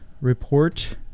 report